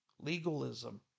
legalism